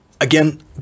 again